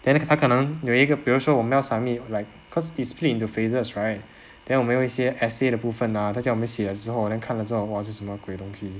then 他可能有一个比如说我们要 submit like cause is split into phases right then 我们有一些 essay 的部分 ah 他叫我们写了之后 then 看了之后 !wah! 是什么鬼东西